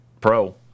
Pro